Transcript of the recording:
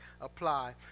apply